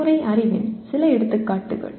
நடைமுறை அறிவின் சில எடுத்துக்காட்டுகள்